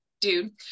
dude